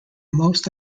most